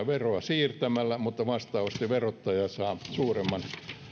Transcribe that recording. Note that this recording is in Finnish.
veroa siirtänyt mutta vastaavasti verottaja saa suuremman